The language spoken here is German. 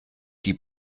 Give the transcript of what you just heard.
die